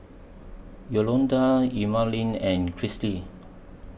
Yolonda Emaline and